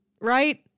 right